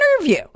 interview